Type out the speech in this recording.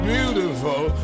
Beautiful